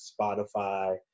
Spotify